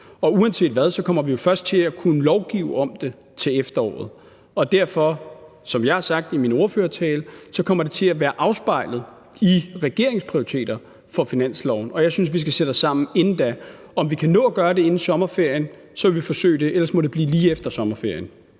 Og uanset hvad kommer vi jo først til at kunne lovgive om det til efteråret. Derfor – som jeg også har sagt i min ordførertale – kommer det til at være afspejlet i regeringens prioriteter for finansloven, og jeg synes, at vi skal sætte os sammen inden da. Hvis vi kan nå at gøre det inden sommerferien, vil vi forsøge det – ellers må det blive lige efter sommerferien.